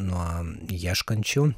nuo ieškančių